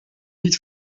niet